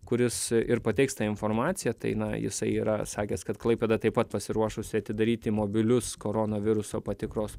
kuris ir pateiks tą informaciją tai na jisai yra sakęs kad klaipėda taip pat pasiruošusi atidaryti mobilius koronaviruso patikros